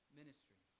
ministry